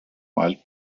mild